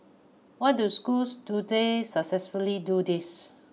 what do schools today successfully do this